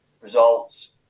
results